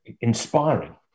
inspiring